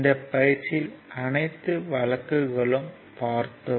இந்த பயிற்சியில் அனைத்து வழக்குகளும் பார்த்தோம்